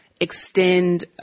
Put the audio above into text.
Extend